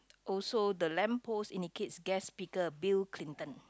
also the lamp post indicates guest speaker Bill-Clinton